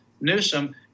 Newsom